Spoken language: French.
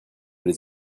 les